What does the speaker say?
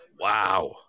Wow